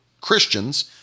Christians